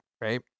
right